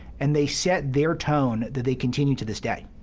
and they set their tone that they continue to this day,